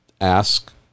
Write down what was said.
ask